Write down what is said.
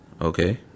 Okay